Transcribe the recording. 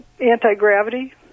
anti-gravity